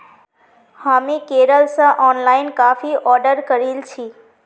हामी केरल स ऑनलाइन काफी ऑर्डर करील छि